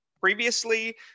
Previously